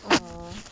orh